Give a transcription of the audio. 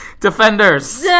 Defenders